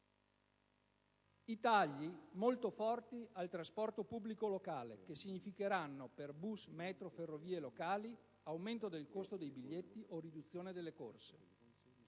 Tagli molto forti al trasporto pubblico locale, che significheranno per bus, metro e ferrovie locali aumento del costo dei biglietti o riduzione delle corse.